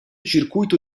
circuito